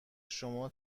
شما